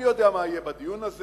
אני יודע מה יהיה בדיון הזה.